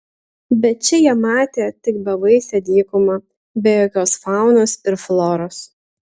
bet čia jie matė tik bevaisę dykumą be jokios faunos ir floros